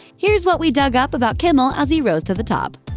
here's what we dug up about kimmel as he rose to the top.